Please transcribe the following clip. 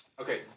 okay